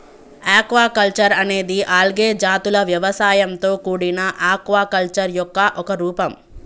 aquaculture అనేది algae జాతుల వ్యవసాయంతో కూడిన ఆక్వాకల్చర్ యొక్క ఒక రూపం